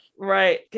Right